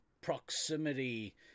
proximity